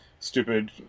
Stupid